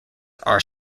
are